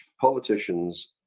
politicians